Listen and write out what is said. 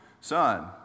Son